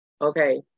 Okay